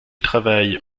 travaille